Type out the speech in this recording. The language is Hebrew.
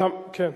תודה.